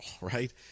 right